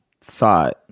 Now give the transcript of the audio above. thought